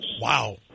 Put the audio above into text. Wow